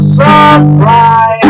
surprise